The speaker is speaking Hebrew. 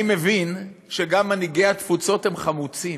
אני מבין שגם מנהיגי התפוצות הם חמוצים,